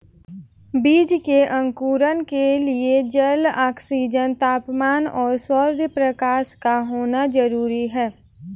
बीज के अंकुरण के लिए जल, ऑक्सीजन, तापमान और सौरप्रकाश का होना जरूरी है